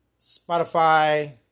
Spotify